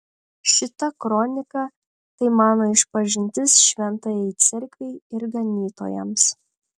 šita kronika tai mano išpažintis šventajai cerkvei ir ganytojams